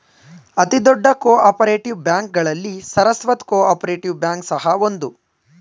ಅತಿ ದೊಡ್ಡ cooperative ಬ್ಯಾಂಕ್ಗಳಲ್ಲಿ ಸರಸ್ವತ್ ಕೋಪರೇಟಿವ್ ಬ್ಯಾಂಕ್ ಸಹ ಒಂದು